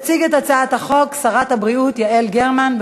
תציג את הצעת החוק שרת הבריאות יעל גרמן.